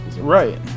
Right